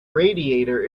radiator